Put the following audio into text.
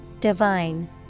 Divine